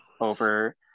over